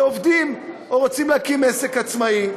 שעובדים או רוצים להקים עסק עצמאי.